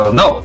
no